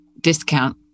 discount